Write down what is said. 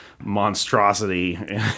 monstrosity